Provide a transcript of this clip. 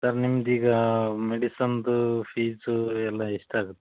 sir ನಿಮ್ದು ಈಗ ಮೆಡಿಸನ್ದು ಫೀಸು ಎಲ್ಲ ಎಷ್ಟು ಆಗತ್ತೆ